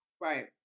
Right